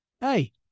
Hey